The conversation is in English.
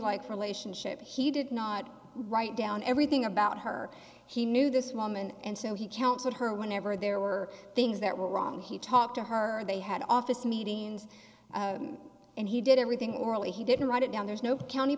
like for lation ship he did not write down everything about her he knew this woman and so he counseled her whenever there were things that were wrong he talked to her they had office meetings and he did everything orally he didn't write it down there's no county